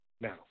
now